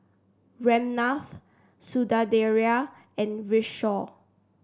Ramnath Sundaraiah and Kishore